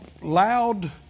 loud